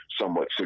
somewhat